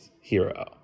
hero